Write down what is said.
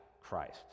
Christ